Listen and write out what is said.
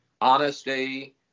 honesty